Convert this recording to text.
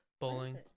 Bowling